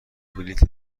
بلیط